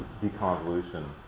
deconvolution